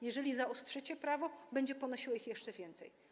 Jeżeli zaostrzycie prawo, będzie ponosiła ich jeszcze więcej.